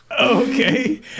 Okay